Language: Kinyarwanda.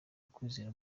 ukwizera